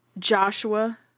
Joshua